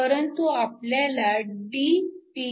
परंतु आपल्याला DP